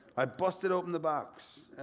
i busted open the box.